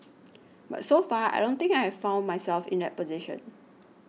but so far I don't think I've found myself in that position